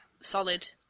solid